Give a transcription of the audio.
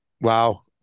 Wow